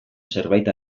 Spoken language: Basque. zerbait